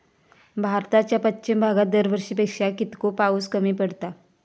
भारताच्या पश्चिम भागात दरवर्षी पेक्षा कीतको पाऊस कमी पडता?